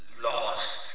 Lost